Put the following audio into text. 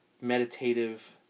meditative